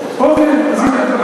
שהוכרו.